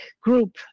group